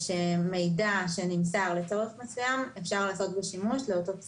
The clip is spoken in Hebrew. שמידע שנמסר לצורך מסוים אפשר לעשות בו שימוש לאותו צורך.